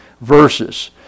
verses